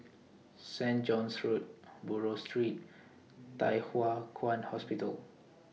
St John's Road Buroh Street and Thye Hua Kwan Hospital